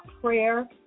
prayer